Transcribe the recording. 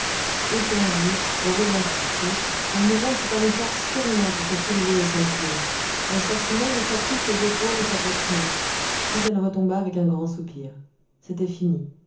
eperdue le regard fou la mourante fit un effort surhumain pour se soulever et s'enfuir elle sortit même de sa couche ses épaules et sa poitrine puis elle retomba avec un grand soupir c'était fini